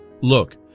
Look